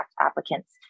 applicants